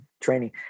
training